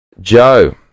Joe